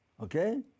Okay